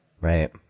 Right